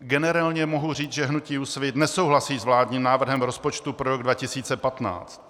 Generálně mohu říct, že hnutí Úsvit nesouhlasí s vládním návrhem rozpočtu pro rok 2015.